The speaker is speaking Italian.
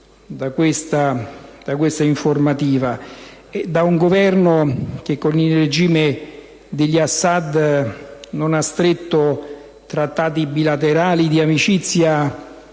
Da un Governo che con il regime degli Assad non ha stretto trattati bilaterali di amicizia